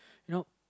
know